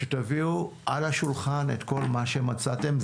תביאו לשולחן את כל מה שמצאתם,